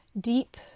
deep